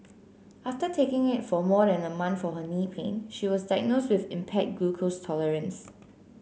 after taking it for more than a month for her knee pain she was diagnosed with impaired glucose tolerance